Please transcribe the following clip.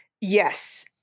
yes